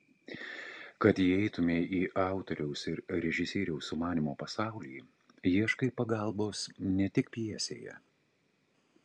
kad įeitumei į autoriaus ir režisieriaus sumanymo pasaulį ieškai pagalbos ne tik pjesėje